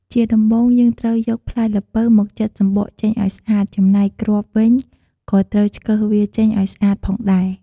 ជាដំំំបូង យើងត្រូវយកផ្លែល្ពៅមកចិតសំបកចេញឲ្យស្អាត ចំណែកឲ្យគ្រាប់វិញក៏ត្រូវឆ្កឹះវាចេញឲ្យស្អាតផងដែរ។